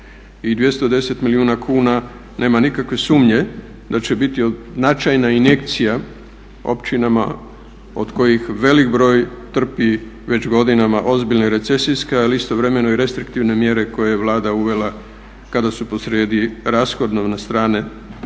210 milijuna kuna nema nikakve sumnje da će biti značajna injekcija općinama od kojih velik broj trpi već godinama ozbiljne, recesijska, ali istovremeno i restriktivne mjere koje je Vlada uvela kada su posrijedi rashodovne strane